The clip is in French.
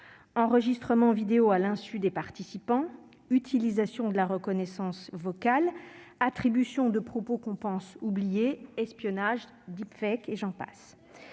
enregistrement vidéo à l'insu des participants, utilisation de la reconnaissance vocale, attribution de propos qu'on pense oubliés, espionnage, ... Les